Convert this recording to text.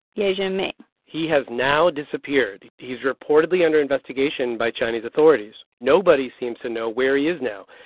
ye jianming he has now disappeared. he's reportedly under investigation by chinese authorities. nobody seems to know where he is now.